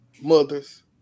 mothers